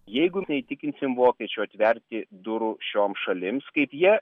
jeigu neįtikinsim vokiečių atverti durų šioms šalims kaip jie